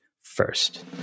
first